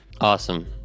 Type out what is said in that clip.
Awesome